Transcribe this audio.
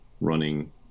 running